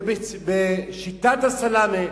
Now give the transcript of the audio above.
ובשיטת הסלאמי,